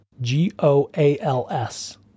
G-O-A-L-S